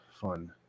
Fun